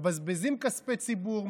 מבזבזים כספי ציבור,